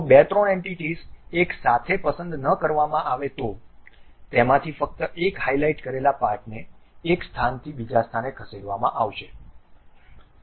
જો બે ત્રણ એન્ટિટીઝ એક સાથે પસંદ ન કરવામાં આવે તો તેમાંથી ફક્ત એક હાઇલાઇટ કરેલા પાર્ટને એક સ્થાનથી બીજા સ્થાને ખસેડવામાં આવશે